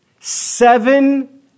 Seven